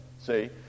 See